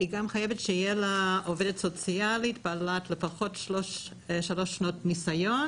היא גם חייבת שתהיה לה עובדת סוציאלית בעלת 3 שנות ניסיון